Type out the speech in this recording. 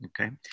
Okay